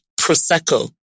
Prosecco